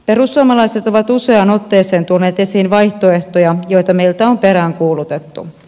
perussuomalaiset ovat useaan otteeseen tuoneet esiin vaihtoehtoja joita meiltä on peräänkuulutettu